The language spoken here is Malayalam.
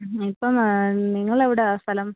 ഇപ്പം നിങ്ങളെവിടാണ് സ്ഥലം